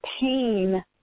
pain